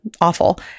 awful